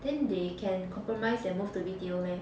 then they can compromise and move to B_T_O meh